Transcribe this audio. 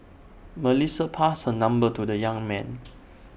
Melissa passed her number to the young man